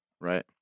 Right